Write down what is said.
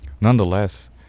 nonetheless